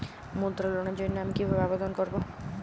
মুদ্রা লোনের জন্য আমি কিভাবে আবেদন করবো?